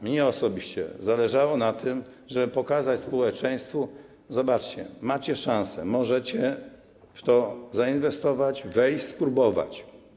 Mnie osobiście zależało na tym, żeby pokazać społeczeństwu: zobaczcie, macie szansę, możecie w to zainwestować, wejść, spróbować.